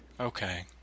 Okay